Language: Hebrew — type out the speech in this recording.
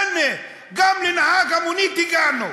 הנה, גם לנהג המונית הגענו.